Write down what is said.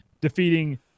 defeating